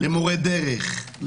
למורי דרך,